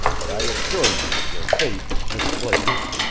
but i assure you that your faith is misplaced.